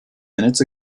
minutes